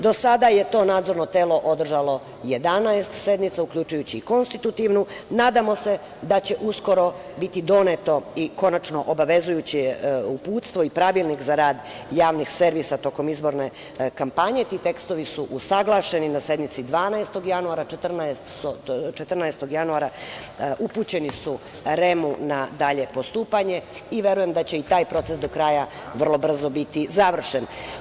Do sada je to Nadzorno telo održalo 11 sednica, uključujući i konstitutivnu, nadamo se da će uskoro biti doneto i konačno obavezujuće uputstvo i Pravilnik za rad javnih servisa tokom izborne kampanje, ti tekstovi su usaglašeni na sednici 12. januara, 14. januara upućeni su REM na dalje postupanje i verujem da će i taj proces do kraja vrlo brzo biti završen.